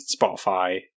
Spotify